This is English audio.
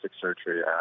surgery